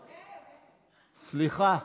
סליחה,